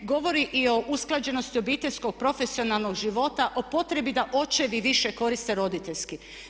Govori i o usklađenosti obiteljskog profesionalnog života, o potrebi da očevi koriste više roditeljski.